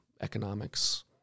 economics